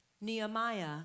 Nehemiah